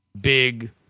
big